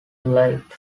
lieut